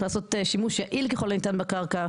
לעשות שימוש יעיל ככל הניתן בקרקע,